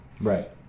Right